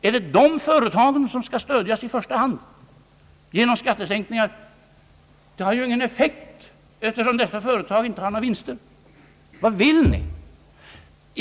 Är det dessa företag som skall stödjas i första hand genom skattesänkningar? Det har juingen effekt, eftersom de företagen inte har några vinster. Vad vill ni?